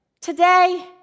today